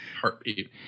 heartbeat